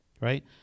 right